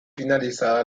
finalizada